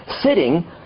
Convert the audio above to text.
sitting